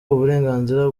uburenganzira